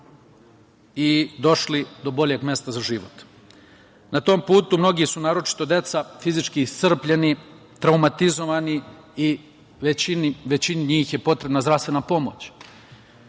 i došli do boljeg mesta za život. Na tom putu mnogi su, naročito deca, fizički iscrpljeni, traumatizovani i većini njih je potrebna zdravstvena pomoć. Moram